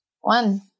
One